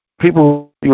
people